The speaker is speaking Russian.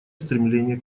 стремления